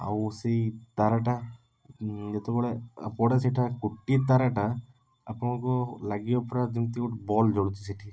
ଆଉ ସେଇ ତାରାଟା ଯେତେବେଳେ ପଡ଼େ ସେଇଟା ଗୋଟିଏ ତାରାଟା ଆପଣଙ୍କୁ ଲାଗିବ ପୂରା ଯେମତି ଗୋଟେ ବଲ୍ବ ଜଳୁଛି ସେଇଠି